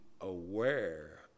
aware